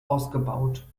ausgebaut